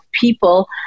people